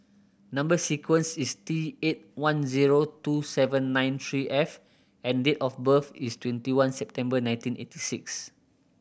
number sequence is T eight one zero two seven nine three F and date of birth is twenty one September nineteen eighty six